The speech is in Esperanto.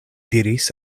diris